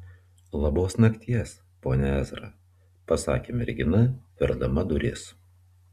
labos nakties pone ezra pasakė mergina verdama duris